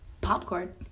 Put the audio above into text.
popcorn